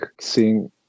seeing